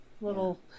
little